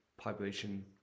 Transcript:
population